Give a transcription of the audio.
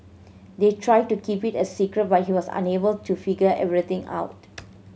they tried to keep it a secret but he was unable to figure everything out